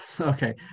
okay